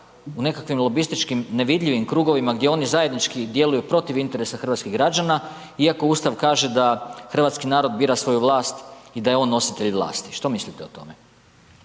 u nekakvim lobističkim, nevidljivim krugovima gdje oni zajednički djeluju protiv interesa hrvatskih građana iako Ustav kaže da hrvatski narod bira svoju vlast i da je on nositelj vlasti, što mislite o tome?